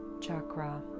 chakra